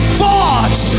thoughts